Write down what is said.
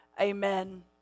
amen